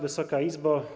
Wysoka Izbo!